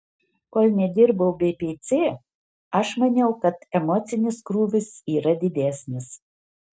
kol nedirbau bpc aš maniau kad emocinis krūvis yra didesnis